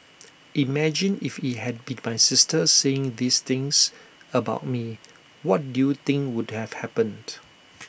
imagine if IT had been my sister saying these things about me what do you think would have happened